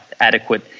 adequate